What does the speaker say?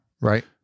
Right